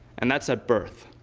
and that's at birth.